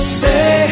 say